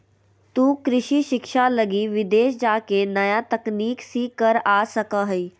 तु कृषि शिक्षा लगी विदेश जाके नया तकनीक सीख कर आ सका हीं